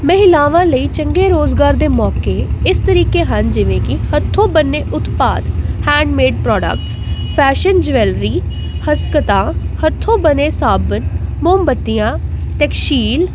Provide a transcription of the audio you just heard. ਮਹਿਲਾਵਾਂ ਲਈ ਚੰਗੇ ਰੁਜ਼ਗਾਰ ਦੇ ਮੌਕੇ ਇਸ ਤਰੀਕੇ ਹਨ ਜਿਵੇਂ ਕਿ ਹੱਥੋਂ ਬਣੇ ਉਤਪਾਦ ਹੈਂਡਮੇਡ ਪ੍ਰੋਡਕਟਸ ਫੈਸ਼ਨ ਜਵੈਲਰੀ ਹਸਕਤਾ ਹੱਥੋਂ ਬਣੇ ਸਾਬਣ ਮੋਮਬੱਤੀਆਂ ਤਕਸ਼ੀਲ